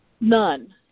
None